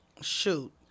Shoot